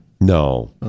No